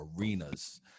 arenas